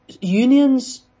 unions